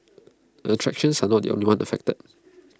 attractions are not the only ones affected